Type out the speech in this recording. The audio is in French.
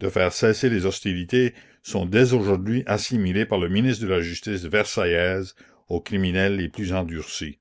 de faire cesser les hostilités sont dès aujourd'hui assimilés par le ministre de la justice versaillaise aux criminels les plus endurcis